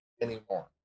anymore